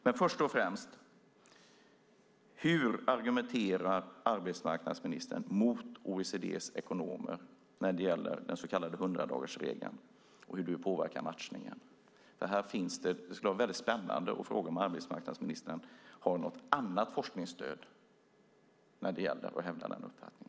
Men först och främst: Hur argumenterar arbetsmarknadsministern mot OECD:s ekonomer när det gäller den så kallade 100-dagarsregeln och hur det påverkar matchningen? Det skulle vara väldigt spännande att höra om arbetsmarknadsministern har något annat forskningsstöd när det gäller att hävda den uppfattningen.